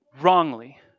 wrongly